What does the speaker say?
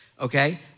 Okay